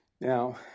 Now